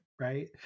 Right